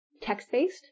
text-based